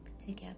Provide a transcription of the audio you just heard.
together